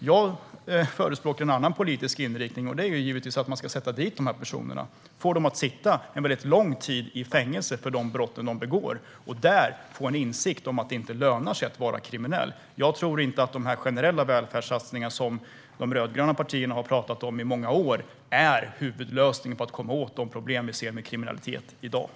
Jag förespråkar en annan politisk inriktning, och det är att man ska sätta dit dessa personer och låta dem sitta lång tid i fängelse för de brott som de har begått och där få en insikt om att det inte lönar sig att vara kriminell. Jag tror inte att de generella välfärdssatsningar som de rödgröna partierna har pratat om i många år är huvudlösningen för att komma åt de problem med kriminaliteten som vi ser i dag.